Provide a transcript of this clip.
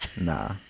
nah